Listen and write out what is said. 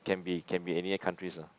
can be can be any countries ah